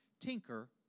tinker